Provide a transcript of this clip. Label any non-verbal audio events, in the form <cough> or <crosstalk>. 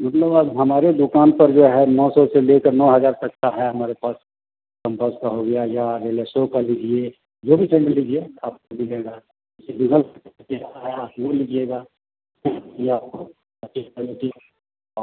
मतलब आप हमारे दुकान पर जो है नौ सौ से लेकर नौ हजार तक का है हमारे पास कंपस का हो गया या रिलैक्सो का लीजिए जो भी चाहिए लीजिए आपको मिलेगा जैसे <unintelligible> दे रहा है आप वो लीजिएगा हाँ ये आपको अच्छी क्वालिटी